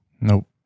Nope